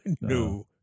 No